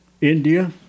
India